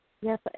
Yes